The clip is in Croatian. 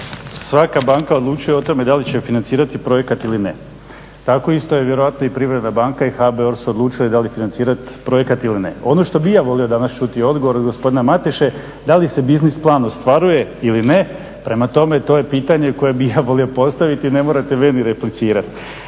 svaka banka odlučuje o tome da li će financirati projekat ili ne. Tako isto je vjerojatno i Privredna banka i HBOR su odlučili da li financirati projekat ili ne. Ono što bi i ja volio danas čuti je odgovor gospodina Mateše da li se biznis plan ostvaruje ili ne? Prema tome, to je pitanje koje bi ja volio postaviti, ne morate meni replicirati.